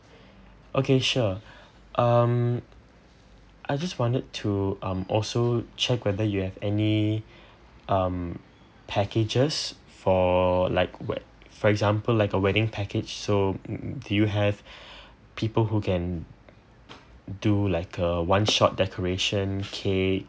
okay sure um I just wondered to um also check whether you have any um packages for like wed~ for example like a wedding package so mm did you have people who can do like a one shot decoration cake